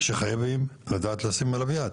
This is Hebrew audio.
שחייבים לדעת לשים עליו יד.